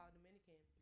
Dominican